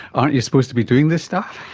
aren't you supposed to be doing this stuff?